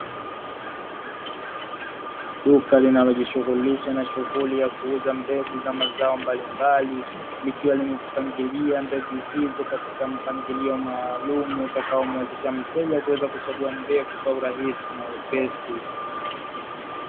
Duka linalo jishughulisha na shughuli ya kuuza mbegu za mazao mbalimbali likiwa limezipangilia mbegu hizo katika mpangilio maalum utakao muwezesha mteja kuweza kuchagua mbegu kwa urahisi na wepesi.